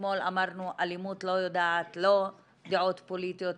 אתמול אמרנו שאלימות לא יודעת לא דעות פוליטיות,